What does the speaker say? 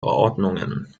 verordnungen